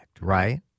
right